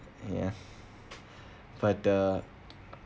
ya but the